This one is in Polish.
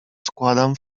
składam